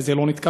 וזה לא התקבל,